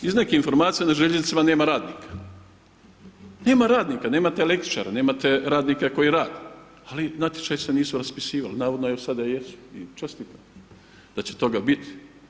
Da, iz nekih informacija na željeznicama nema radnika, nema radnika, nemate električara, nemate radnika koji rade, ali natječaji se nisu raspisivali, navodno evo sada jesu i čestitam da će toga biti.